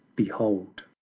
behold.